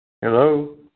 Hello